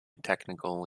technical